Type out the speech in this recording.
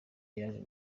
yaje